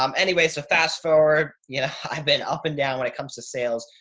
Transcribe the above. um anyway, so fast forward. yeah, i've been up and down when it comes to sales,